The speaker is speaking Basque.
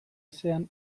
ezean